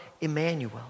Emmanuel